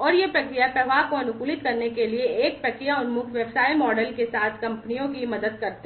और वे प्रक्रिया प्रवाह को अनुकूलित करने के लिए एक प्रक्रिया उन्मुख व्यवसाय मॉडल के साथ कंपनियों की मदद करते हैं